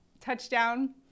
touchdown